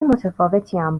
متفاوتیم